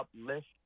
uplift